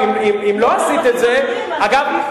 אגב,